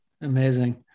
Amazing